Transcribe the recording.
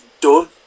done